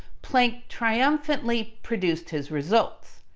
planck triumphantly produced his results.